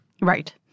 Right